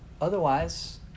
otherwise